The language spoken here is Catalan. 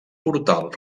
portal